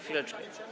Chwileczkę.